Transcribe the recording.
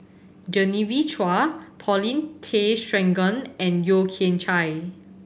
Genevieve Chua Paulin Tay Straughan and Yeo Kian Chai